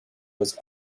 was